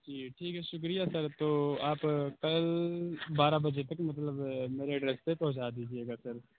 جی ٹھیک ہے شُکریہ سر تو آپ کل بارہ بجے تک مطلب میرے ایڈریس پر پہنچا دیجیے گا سر